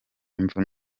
imvo